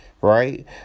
right